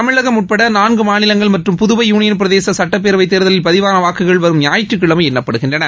தமிழகம் உட்பட நான்கு மாநிலங்கள் மற்றும் புதவை யூனியன் பிரதேச சட்டப்பேரவைத் தேர்தலில் பதிவான வாக்குகள் வரும் ஞாயிற்றுக்கிழமை எண்ணப்படுகின்றன